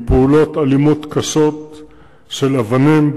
עם פעולות אלימות קשות של אבנים,